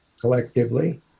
collectively